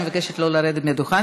אני מבקשת שלא לרדת מהדוכן,